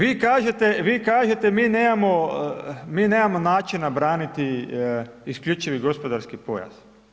Vi kažete, vi kažete mi nemamo načina braniti isključivi gospodarski pojas.